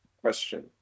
Question